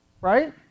right